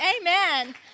Amen